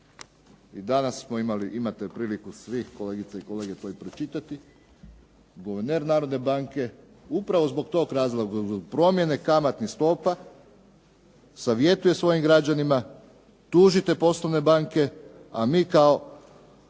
danas imate priliku svi kolegice i kolege to i pročitati. Guverner Narodne banke upravo zbog tog razloga, zbog promjene kamatnih stopa savjetuje svojim građanima tužite poslovne banke, a mi kao